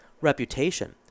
reputation